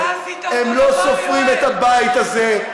הם לא סופרים את הבית הזה,